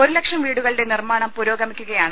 ഒരു ലക്ഷം വീടുകളുടെ നിർമ്മാണം പുരേഗമി ക്കുകയാണ്